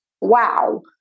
wow